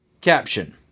Caption